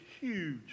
huge